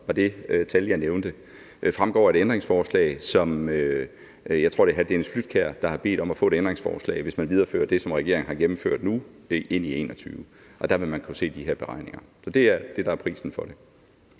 var det tal, jeg nævnte, fremgår af et ændringsforslag, som jeg tror hr. Dennis Flydtkjær har bedt om at få. Det er altså, hvis man viderefører det, som regeringen har gennemført nu, ind i 2021. Og der vil man kunne se de her beregninger. Det er det, der er prisen for det.